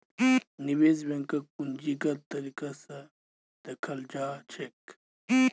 निवेश बैंकक पूंजीगत तरीका स दखाल जा छेक